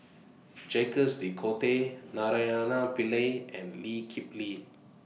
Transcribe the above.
Jacques De Coutre Naraina Pillai and Lee Kip Lee